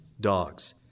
dogs